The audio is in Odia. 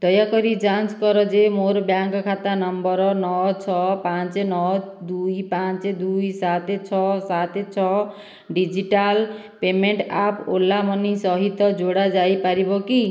ଦୟାକରି ଯାଞ୍ଚ୍ କର ଯେ ମୋର ବ୍ୟାଙ୍କ୍ ଖାତା ନମ୍ବର ନଅ ଛଅ ପାଞ୍ଚ ନଅ ଦୁଇ ପାଞ୍ଚ ଦୁଇ ସାତ ଛଅ ସାତ ଛଅ digital payment app Ola money ସହିତ ଯୋଡ଼ା ଯାଇପାରିବ କି